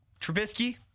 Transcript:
Trubisky